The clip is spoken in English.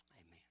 Amen